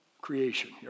creation